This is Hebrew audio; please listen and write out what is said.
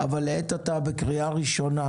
אבל לעת עתה בקריאה הראשונה